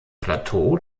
plateau